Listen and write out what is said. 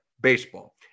baseball